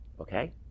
Okay